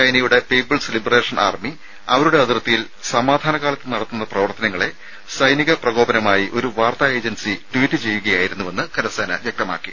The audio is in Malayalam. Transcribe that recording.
ചൈനയുടെ പീപ്പിൾസ് ലിബറേഷൻ ആർമി അവരുടെ അതിർത്തിയിൽ സമാധാനകാലത്ത് നടത്തുന്ന പ്രവർത്തനങ്ങളെ സൈനിക പ്രകോപനമായി ഒരു വാർത്താ ഏജൻസി ട്വീറ്റ് ചെയ്യുകയായിരുന്നുവെന്ന് കരസേന വ്യക്തമാക്കി